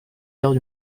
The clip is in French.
heures